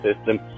system